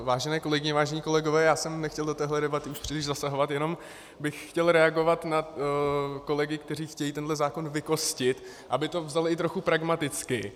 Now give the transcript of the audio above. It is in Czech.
Vážené kolegyně, vážení kolegové, já jsem nechtěl už do téhle debaty příliš zasahovat, jenom bych chtěl reagovat na kolegy, kteří chtějí tenhle zákon vykostit, aby to vzali i trochu pragmaticky.